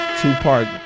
two-part